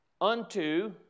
unto